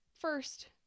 first